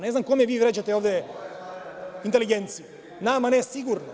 Ne znam kome vi vređate ovde inteligenciju, nama ne sigurno.